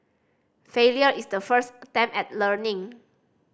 failure is the first attempt at learning